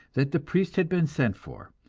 that the priest had been sent for,